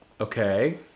Okay